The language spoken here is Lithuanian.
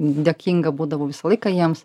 dėkinga būdavau visą laiką jiems